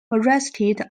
arrested